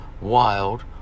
wild